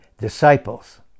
Disciples